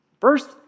First